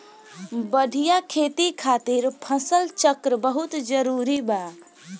बढ़िया खेती खातिर फसल चक्र बहुत जरुरी बा